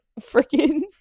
freaking